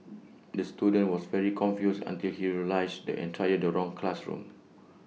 the student was very confused until he realised the entire the wrong classroom